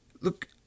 Look